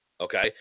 Okay